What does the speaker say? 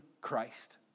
Christ